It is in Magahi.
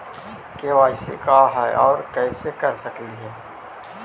के.वाई.सी का है, और कैसे कर सकली हे?